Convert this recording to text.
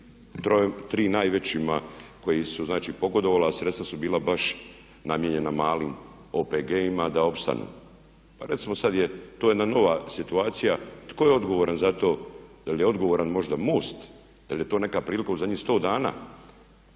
tri najvećima, znači koji su pogodovala, a sredstva su bila baš namijenjena malim OPG-ima da opstanu. Pa recimo sad je, to je jedna nova situacija tko je odgovoran za to? Je li odgovoran možda MOST, je li to neka prilika u zadnjih 100 dana?